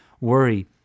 worry